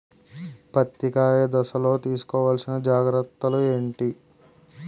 పత్తి కాయ దశ లొ తీసుకోవల్సిన జాగ్రత్తలు ఏంటి?